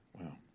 Wow